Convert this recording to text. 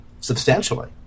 substantially